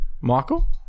Michael